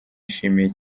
yashimiye